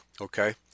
Okay